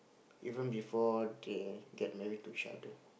even before they get married to each other